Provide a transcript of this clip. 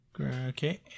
Okay